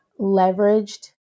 leveraged